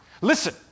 Listen